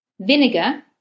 vinegar